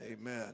amen